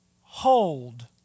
hold